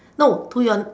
no to your